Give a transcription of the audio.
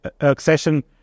accession